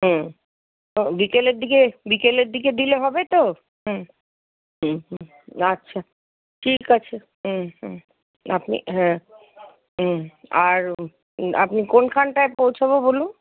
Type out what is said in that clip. হুম বিকেলের দিকে বিকেলের দিকে দিলে হবে তো হুম হুম হুম আচ্ছা ঠিক আছে হুম হুম আপনি হ্যাঁ হুম আর আপনি কোনখানটায় পৌঁছবো বলুন